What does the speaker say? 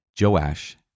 Joash